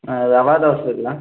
ரவை தோசை இருக்குதா